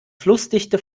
flussdichte